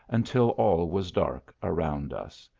until all was dark around us.